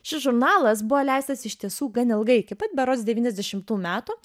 šis žurnalas buvo leistas iš tiesų gan ilgai iki pat berods devyniasdešimtų metų